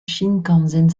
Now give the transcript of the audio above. shinkansen